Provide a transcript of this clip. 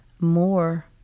more